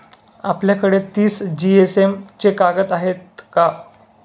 आपल्याकडे तीस जीएसएम चे कागद आहेत का?